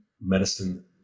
medicine